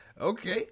Okay